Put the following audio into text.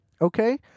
okay